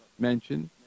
mentioned